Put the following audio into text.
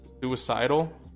suicidal